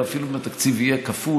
ואפילו אם התקציב יהיה כפול,